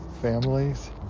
families